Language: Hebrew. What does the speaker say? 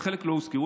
וחלק לא הוזכרו,